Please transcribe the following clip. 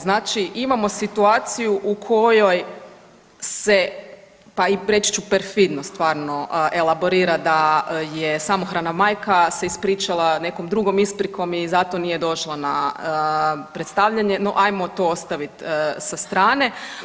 Znači imamo situaciju u kojoj se pa i preči ću perfidno stvarno elaborira da je samohrana majka se ispričala nekom drugom isprikom i zato nije došla na predstavljanje, no ajmo to ostaviti sa strane.